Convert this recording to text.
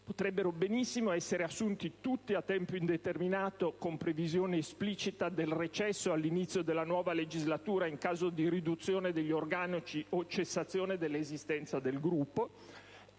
potrebbero benissimo essere assunti tutti a tempo indeterminato con previsione esplicita del recesso all'inizio della nuova legislatura in caso di riduzione degli organici o cessazione dell'esistenza del Gruppo,